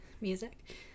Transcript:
music